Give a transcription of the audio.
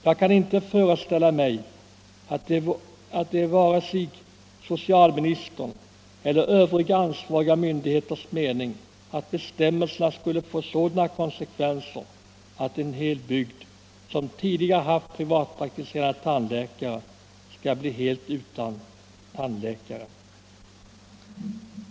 Jag kan inte föreställa mig att det var vare sig socialministerns eller övriga ansvariga myndigheters mening att bestämmelserna skulle få sådana konsekvenser, att en hel bygd som tidigare haft privatpraktiserande tandläkare skall bli fullständigt utan tandläkare.